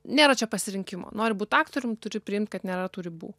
nėra čia pasirinkimo nori būt aktorium turi priimt kad nėra tų ribų